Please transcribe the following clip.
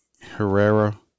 Herrera